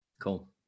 Cool